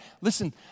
Listen